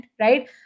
right